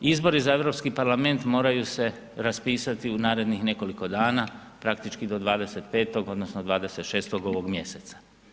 Izbori za Europski parlament moraju se raspisati u narednih nekoliko dana, praktički do 25. odnosno 26. ovog mjeseca.